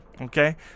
okay